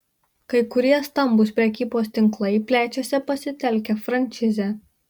kai kurie stambūs prekybos tinklai plečiasi pasitelkę frančizę